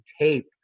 tape